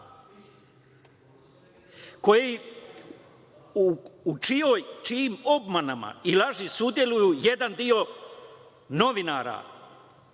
laži u čijim obmanama i laži učestvuju jedan deo novinara,